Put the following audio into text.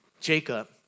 Jacob